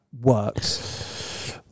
works